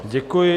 Děkuji.